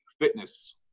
fitness